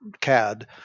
CAD